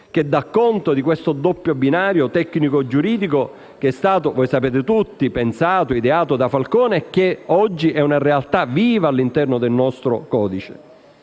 che dà conto del doppio binario tecnico-giuridico, che è stato - come sapete tutti - pensato e ideato da Falcone e che oggi è una realtà viva all'interno del nostro codice.